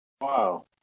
Wow